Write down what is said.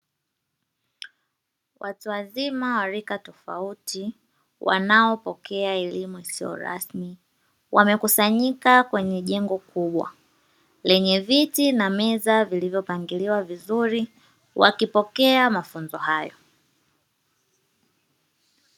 Watu wazima warika tofauti wanaopokea elimu isiyo rasmi, wamekusanyika kwenye jengo kubwa lenye viti na meza vilivyopangiliwa vizuri wakipokea mafunzo hayo.